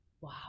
Wow